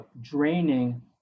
draining